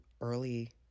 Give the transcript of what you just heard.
early